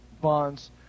bonds